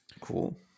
Cool